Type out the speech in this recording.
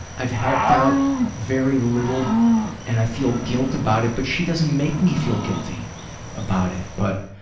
i've helped out very little and i feel guilt about it but she doesn't make me feel guilty about it. but,